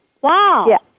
Wow